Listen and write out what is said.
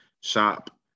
shop